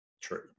true